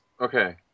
Okay